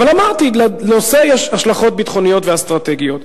אבל אמרתי שלנושא יש השלכות ביטחוניות ואסטרטגיות.